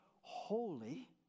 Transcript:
Holy